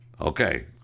Okay